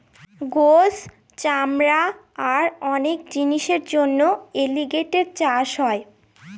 গোস, চামড়া আর অনেক জিনিসের জন্য এলিগেটের চাষ হয়